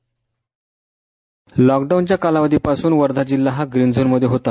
bite lockdown च्या कालावधीपासून वर्धा जिल्हा हा ग्रीन झोन मध्ये होता